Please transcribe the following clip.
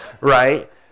right